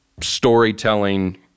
storytelling